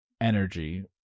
energy